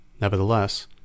Nevertheless